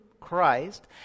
Christ